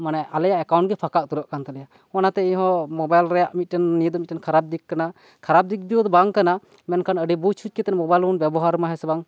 ᱢᱟᱱᱮ ᱟᱞᱮᱭᱟᱜ ᱮᱠᱟᱣᱩᱱᱴ ᱜᱮ ᱯᱷᱟᱠᱟ ᱩᱛᱟᱹᱨᱚᱜ ᱠᱟᱱ ᱛᱟᱞᱮᱭᱟ ᱚᱱᱟ ᱛᱮ ᱤᱧᱦᱚᱸ ᱢᱳᱵᱟᱭᱤᱞ ᱨᱮᱭᱟᱜ ᱱᱤᱭᱟᱹ ᱫᱚ ᱠᱷᱟᱨᱟᱯ ᱫᱤᱠ ᱠᱟᱱᱟ ᱠᱷᱟᱨᱟᱯ ᱫᱤᱠ ᱫᱤᱭᱮ ᱫᱚ ᱵᱟᱝ ᱠᱟᱱᱟ ᱢᱮᱱᱠᱷᱟᱱ ᱟᱹᱰᱤ ᱵᱩᱡ ᱥᱩᱡ ᱠᱟᱛᱮᱫ ᱢᱳᱵᱟᱭᱤᱞ ᱵᱚᱱ ᱵᱮᱵᱚᱦᱟᱨ ᱢᱟ ᱦᱮᱸᱥᱮ ᱵᱟᱝ